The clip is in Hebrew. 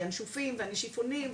הינשופים והנשיפונים,